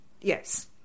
yes